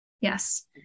Yes